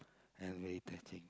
and very touching